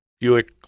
Buick